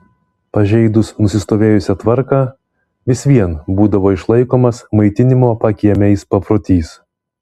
pažeidus nusistovėjusią tvarką vis vien būdavo išlaikomas maitinimo pakiemiais paprotys